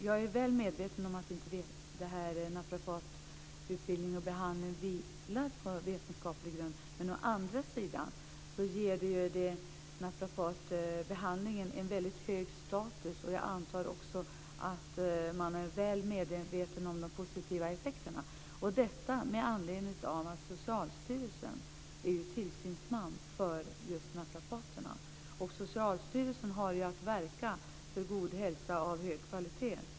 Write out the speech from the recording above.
Jag är väl medveten om att naprapatutbildning och behandling inte vilar på vetenskaplig grund, men å andra sidan ger ju naprapatutbildningen en väldigt hög status. Jag antar att man också är väl medveten om de positiva effekterna. Socialstyrelsen är ju tillsynsman för naprapaterna, och Socialstyrelsen har inskrivet att man ska verka för god hälsa och hög kvalitet.